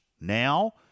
Now